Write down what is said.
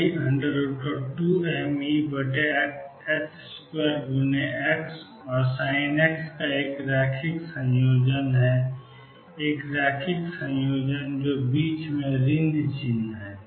cos x ei2mE2x और e i2mE2x और sin का एक रैखिक संयोजन है एक रैखिक संयोजन है और बीच में ऋण चिह्न है